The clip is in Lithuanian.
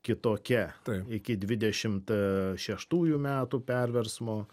kitokia iki dvidešimt šeštųjų metų perversmo